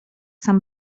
sam